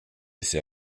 ces